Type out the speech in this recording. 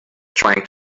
trying